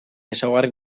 ezaugarri